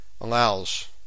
allows